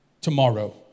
Tomorrow